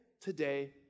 today